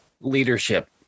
Leadership